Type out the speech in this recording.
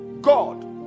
God